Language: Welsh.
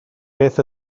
beth